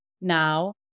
now